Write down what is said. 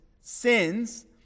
sins